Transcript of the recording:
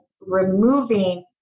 removing